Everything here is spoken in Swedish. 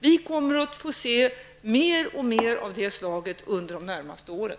Vi kommer att få se mer och mer av sådant under de närmaste åren.